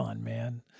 Man